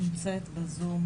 נמצאת בזום